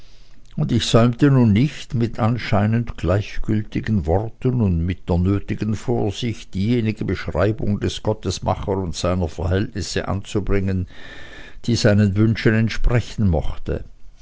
und ich säumte nun nicht mit anscheinend gleichgültigen worten und mit der nötigen vorsicht diejenige beschreibung des gottesmachers und seiner verhältnisse anzubringen die seinen wünschen entsprechen mochte